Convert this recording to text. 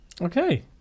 Okay